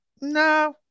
no